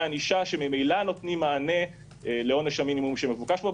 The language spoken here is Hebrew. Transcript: ענישה שממילא נותנים מענה לעונש המינימום שמבוקש פה.